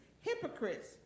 hypocrites